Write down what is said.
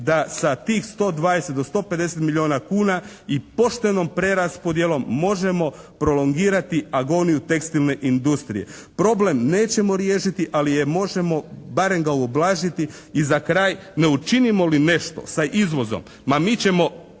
da sa tih 120 do 150 milijuna kuna i poštenom preraspodjelom možemo prolongirati agoniju tekstilne industrije. Problem nećemo riješiti ali je možemo barem ga ublažiti. I za kraj, ne učinimo li nešto sa izvozom, ma mi ćemo